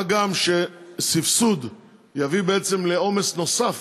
מה גם שסבסוד יביא לעומס נוסף,